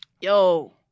Yo